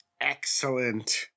excellent